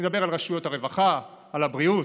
אני מדבר על רשויות הרווחה, על הבריאות.